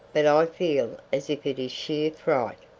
but i feel as if it is sheer fright.